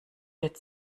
wird